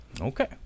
Okay